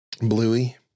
bluey